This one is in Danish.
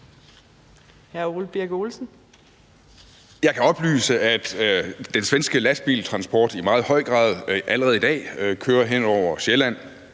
Jeg kan oplyse, at den svenske lastbiltransport i meget høj grad allerede i dag kører hen over Sjælland